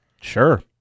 sure